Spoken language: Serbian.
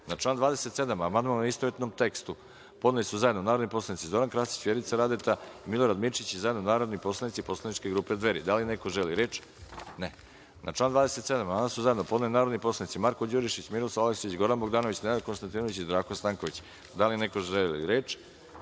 član 13. amandman, u istovetnom tekstu, podneli su zajedno narodni poslanici Zoran Krasić, Vjerica Radeta i Sreto Perić i zajedno narodni poslanici poslaničke grupe Dveri. Da li neko želi reč? (Ne)Na član 13. amandman su zajedno podneli narodni poslanici Marko Đurišić, Miroslav Aleksić, Goran Bogdanović, Nenad Konstatinović i Zdravko Stanković. Da li neko želi reč?